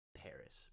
Paris